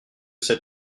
cet